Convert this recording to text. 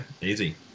easy